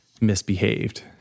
misbehaved